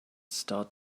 start